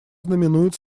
знаменует